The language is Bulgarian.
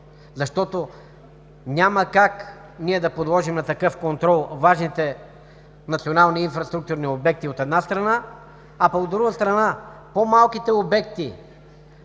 Защото няма как ние да подложим на такъв контрол важните национални инфраструктурни обекти, от една страна, а пък, от друга страна, за по-малките обекти